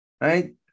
Right